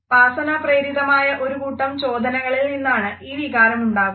വാസനാപ്രേരിതമായ ഒരു കൂട്ടം ചോദനകളിൽ നിന്നാണ് ഈ വികാരം ഉണ്ടാകുന്നത്